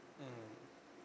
mmhmm